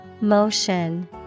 Motion